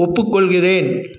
ஒப்புக்கொள்கிறேன்